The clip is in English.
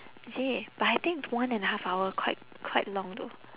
is it but I think one and a half hour quite quite long though